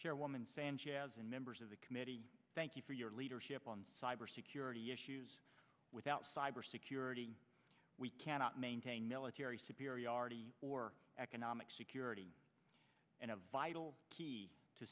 rwoman sanchez and members of the committee thank you for your leadership on cyber security issues without cyber security we cannot maintain military superiority or economic security and a vital key to